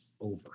over